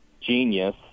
genius